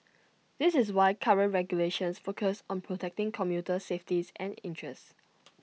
this is why current regulations focus on protecting commuter safeties and interests